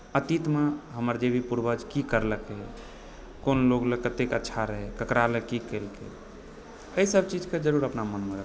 अतीतमे हमर जे भी पूर्वज की करलकै कोन लोग लेल कते अच्छा रहै ककरा लए की कयलकै एहि सब चीजके जरूर अपना मनमे रखना चाही